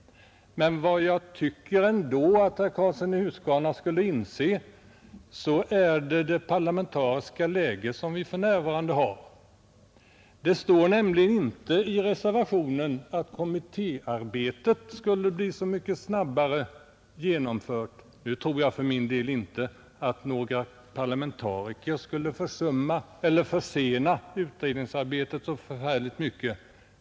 Men jag tycker ändå att herr Karlsson i Huskvarna skulle inse vilket parlamentariskt läge vi för närvarande har. Det står nämligen inte i reservationen att kommittéarbetet skulle bli så mycket snabbare genomfört om man satte in parlamentariker. Jag tror för min del inte att några parlamentariker skulle försena utredningsarbetet så förfärligt mycket.